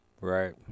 Right